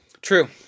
True